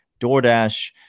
DoorDash